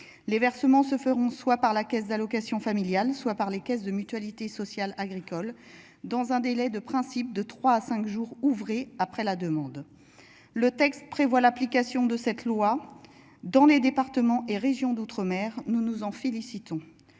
Les versements se feront soit par la Caisse d'allocations familiales, soit par les caisses de mutualité sociale agricole dans un délai de principe de 3 à 5 jours ouvrés, après la demande. Le texte prévoit l'application de cette loi dans les départements et régions d'outre-mer nous nous en félicitons.